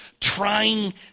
trying